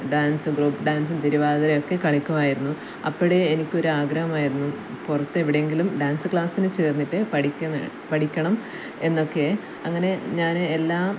dance group ഡാൻസും തിരുവാതിരയൊക്കെ കളിക്കുമായിരുന്നു അപ്പോഴേ എനിക്കൊരാഗ്രഹമായിരുന്നു പുറത്ത് എവിടെയെങ്കിലും ഡാൻസ് ക്ലാസിന് ചേർന്നിട്ട് പഠിക്കണം പഠിക്കണം എന്നൊക്കെ അങ്ങനെ ഞാൻ എല്ലാം